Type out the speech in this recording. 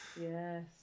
Yes